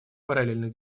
параллельных